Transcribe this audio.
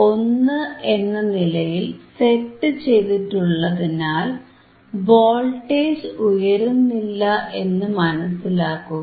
1 എന്ന നിലയിൽ സെറ്റ് ചെയ്തിട്ടുള്ളതിനാൽ വോൾട്ടേജ് ഉയരുന്നില്ല എന്നു മനസിലാക്കുക